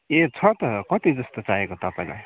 ए छ त कति जस्तो चाहिएको तपाईँलाई